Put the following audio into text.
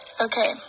Okay